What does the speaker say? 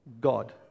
God